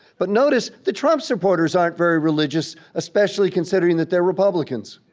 but notice, the trump supporters aren't very religious, especially considering that they're republicans.